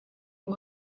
ngo